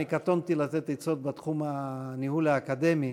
אני קטונתי מלתת עצות בתחום הניהול האקדמי,